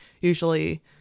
Usually